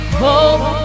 hope